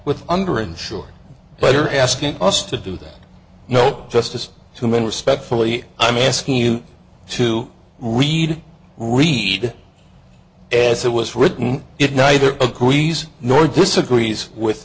with under insured but are asking us to do that no justice to men respectfully i mean asking you to read read as it was written it neither agrees nor disagrees with